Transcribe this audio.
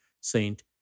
saint